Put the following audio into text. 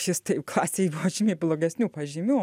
šis taip klasėj buvo žymiai blogesnių pažymių